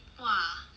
!wah!